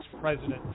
President